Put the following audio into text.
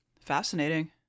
Fascinating